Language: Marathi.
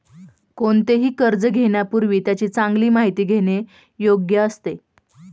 कोणतेही कर्ज घेण्यापूर्वी त्याची चांगली माहिती घेणे योग्य असतं